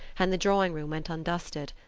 and the drawing-room went undusted.